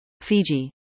Fiji